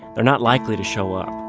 they're not likely to show up